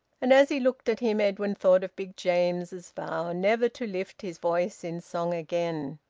and as he looked at him edwin thought of big james's vow never to lift his voice in song again.